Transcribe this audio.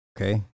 Okay